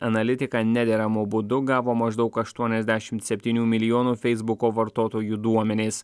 analitika nederamu būdu gavo maždaug aštuoniasdešimt septynių milijonų feisbuko vartotojų duomenis